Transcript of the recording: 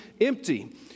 empty